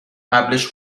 قبلش